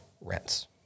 rents